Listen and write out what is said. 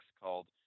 called